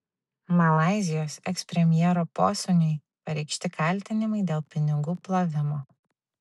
malaizijos ekspremjero posūniui pareikšti kaltinimai dėl pinigų plovimo